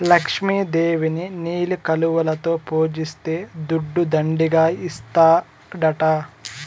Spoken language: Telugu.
లక్ష్మి దేవిని నీలి కలువలలో పూజిస్తే దుడ్డు దండిగా ఇస్తాడట